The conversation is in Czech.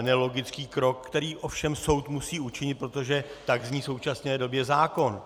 nelogický krok, který ovšem soud musí učinit, protože tak zní v současné době zákon.